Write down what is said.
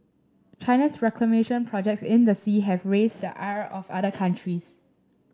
China's reclamation projects in the sea have raised the ire of other countries